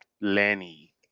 Lenny